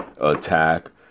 attack